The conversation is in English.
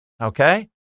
Okay